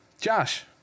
Josh